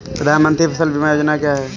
प्रधानमंत्री फसल बीमा योजना क्या है?